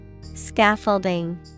Scaffolding